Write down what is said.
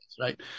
right